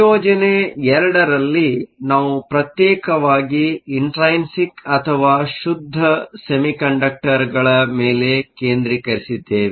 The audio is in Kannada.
ನಿಯೋಜನೆ 2 ರಲ್ಲಿ ನಾವು ಪ್ರತ್ಯೇಕವಾಗಿ ಇಂಟ್ರೈನ್ಸಿಕ್Intrinsic ಅಥವಾ ಶುದ್ಧ ಸೆಮಿಕಂಡಕ್ಟರ್ಗಳ ಮೇಲೆ ಕೇಂದ್ರೀಕರಿಸಿದ್ದೇವೆ